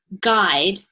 guide